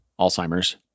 Alzheimer's